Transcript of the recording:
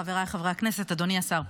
חבריי חברי הכנסת, אדוני השר,